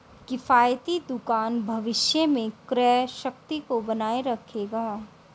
किफ़ायती दुकान भविष्य में क्रय शक्ति को बनाए रखेगा